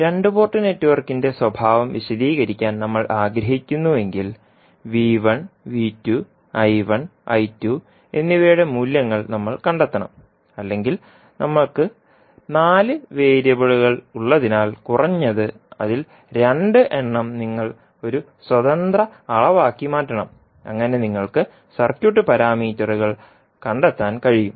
രണ്ട് പോർട്ട് നെറ്റ്വർക്കിന്റെ സ്വഭാവം വിശദീകരിക്കാൻ നമ്മൾ ആഗ്രഹിക്കുന്നുവെങ്കിൽ എന്നിവയുടെ മൂല്യങ്ങൾ നമ്മൾ കണ്ടെത്തണം അല്ലെങ്കിൽ നമുക്ക് നാല് വേരിയബിളുകൾ ഉള്ളതിനാൽ കുറഞ്ഞത് അതിൽ 2 എണ്ണം നിങ്ങൾ ഒരു സ്വതന്ത്ര അളവാക്കി മാറ്റണം അങ്ങനെ നിങ്ങൾക്ക് സർക്യൂട്ട് പാരാമീറ്ററുകൾ കണ്ടെത്താൻ കഴിയും